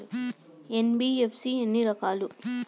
NBFC ఎన్ని రకాలు?